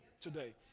today